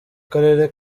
karere